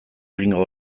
egingo